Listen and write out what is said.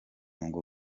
ngo